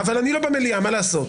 אבל אני לא במליאה, מה לעשות.